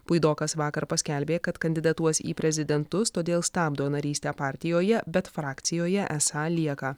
puidokas vakar paskelbė kad kandidatuos į prezidentus todėl stabdo narystę partijoje bet frakcijoje esą lieka